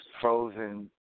frozen